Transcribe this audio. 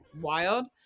wild